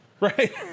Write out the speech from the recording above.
Right